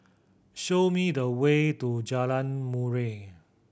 show me the way to Jalan Murai